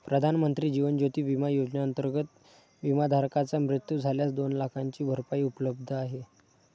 प्रधानमंत्री जीवन ज्योती विमा योजनेअंतर्गत, विमाधारकाचा मृत्यू झाल्यास दोन लाखांची भरपाई उपलब्ध आहे